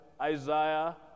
Isaiah